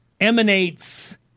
emanates